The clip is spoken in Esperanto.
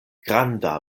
granda